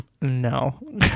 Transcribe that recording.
No